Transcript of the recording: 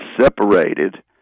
separated